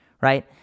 right